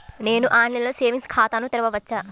నేను ఆన్లైన్లో సేవింగ్స్ ఖాతాను తెరవవచ్చా?